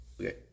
Okay